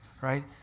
right